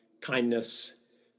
kindness